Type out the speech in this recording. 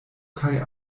kaj